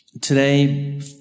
Today